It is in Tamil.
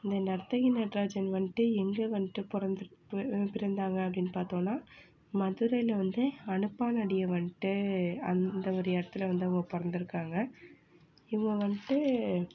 இந்த நரத்தகி நடராஜன் வந்துட்டு எங்கே வந்துட்டு பிறந்துரு பிறந்தாங்கள் அப்படின்னு பார்த்தோன்னா மதுரையில் வந்து அனப்பானடிய வந்துட்டு அந்த ஒரு இடத்துல வந்து அவங்க பிறந்துருக்காங்க இவங்க வந்துட்டு